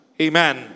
Amen